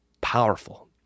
Powerful